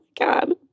god